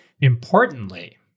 Importantly